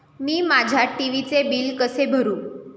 मी माझ्या टी.व्ही चे बिल कसे भरू?